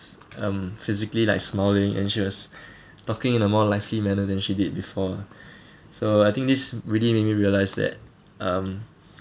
um physically like smiling and she was talking in a more lively manner than she did before ah so I think this really made me realise that um